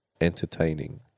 entertaining